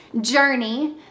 journey